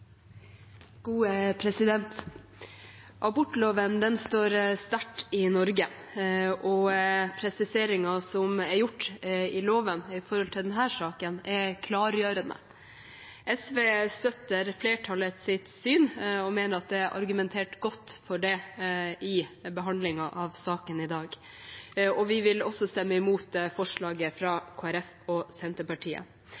gjort i loven når det gjelder denne saken, er klargjørende. SV støtter flertallets syn og mener at det er argumentert godt for det i behandlingen av saken i dag. Vi vil stemme imot forslaget